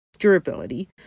durability